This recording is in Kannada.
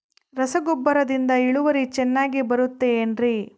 ರಸಗೊಬ್ಬರದಿಂದ ಇಳುವರಿ ಚೆನ್ನಾಗಿ ಬರುತ್ತೆ ಏನ್ರಿ?